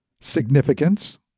significance